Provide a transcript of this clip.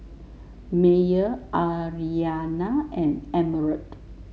Meyer Aryanna and Emerald